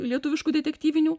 lietuviškų detektyvinių